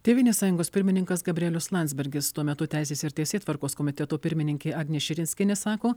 tėvynės sąjungos pirmininkas gabrielius landsbergis tuo metu teisės ir teisėtvarkos komiteto pirmininkė agnė širinskienė sako